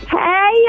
Hey